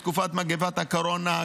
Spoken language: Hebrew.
בתקופת מגפת הקורונה,